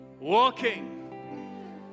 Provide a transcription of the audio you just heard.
Walking